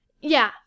Yeah